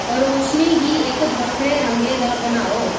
रोशनी गी इक बक्खरे रंगै दा बनाओ